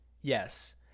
Yes